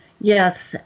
Yes